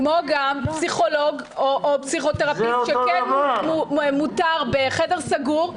כמו גם פסיכולוג או פסיכותרפיסט שכן מותר בחדר סגור,